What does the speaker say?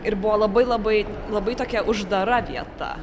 ir buvo labai labai labai tokia uždara vieta